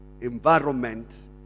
environment